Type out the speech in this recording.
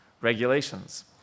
Regulations